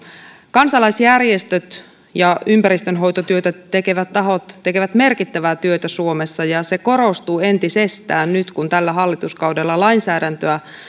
kansalaisjärjestöt ja ympäristönhoitotyötä tekevät tahot tekevät merkittävää työtä suomessa ja se korostuu entisestään nyt kun tällä hallituskaudella lainsäädäntöä